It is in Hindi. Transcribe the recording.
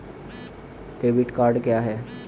डेबिट कार्ड क्या है?